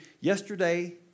yesterday